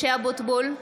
(קוראת בשמות חברי הכנסת) משה אבוטבול,